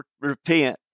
repent